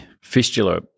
fistula